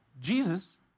Jesus